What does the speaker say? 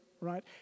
right